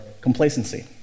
complacency